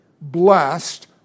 blessed